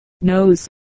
nose